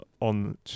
on